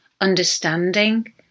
understanding